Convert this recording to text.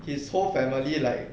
his whole family like